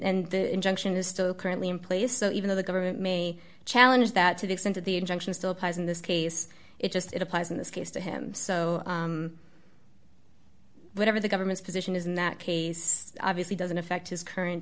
and the injunction is still currently in place so even though the government may challenge that to the extent of the injunction still applies in this case it just it applies in this case to him so whatever the government's position is in that case obviously doesn't affect his current